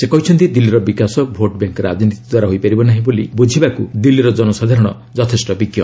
ସେ କହିଛନ୍ତି ଦିଲ୍ଲୀର ବିକାଶ ଭୋଟବ୍ୟାଙ୍କ୍ ରାଜନୀତି ଦ୍ୱାରା ହୋଇପାରିବ ନାହିଁ ବୋଲି ବୁଝିବାକୁ ଦିଲ୍ଲୀର ଜନସାଧାରଣ ଯଥେଷ୍ଟ ବିଜ୍ଞ